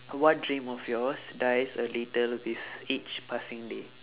what dream of yours dies a little with each passing day